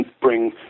bring